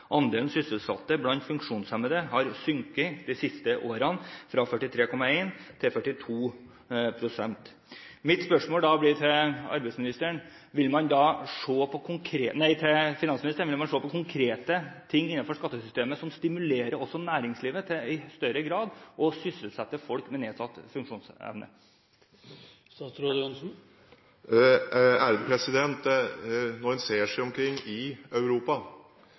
andelen sysselsatte blant funksjonshemmede har sunket de siste årene, fra 43,1 pst. til 42 pst. Mitt spørsmål til finansministeren blir da: Vil man se på konkrete ting innenfor skattesystemet som stimulerer også næringslivet til i større grad å sysselsette folk med nedsatt funksjonsevne? Når en ser seg omkring i Europa,